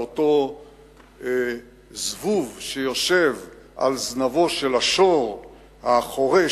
על אותו זבוב שיושב על זנבו של השור החורש,